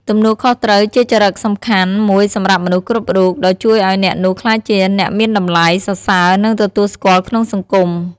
ទំនួលខុសត្រូវជាចរិតសំខាន់មួយសម្រាប់មនុស្សគ្រប់រូប ដោយជួយឲ្យអ្នកនោះក្លាយជាអ្នកមានតម្លៃ សរសើរ និងទទួលស្គាល់ក្នុងសង្គម។